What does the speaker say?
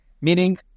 Meaning